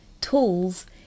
tools